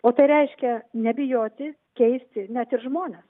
o tai reiškia nebijoti keisti net ir žmones